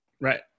right